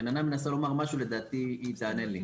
רננה מנסה לומר משהו, לדעתי היא תענה לי.